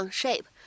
shape